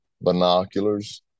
binoculars